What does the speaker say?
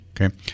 Okay